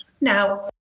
Now